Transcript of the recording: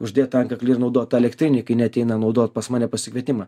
uždėt antkaklį ir naudot tą elektrinį kai neateina naudot pas mane pasikvietimą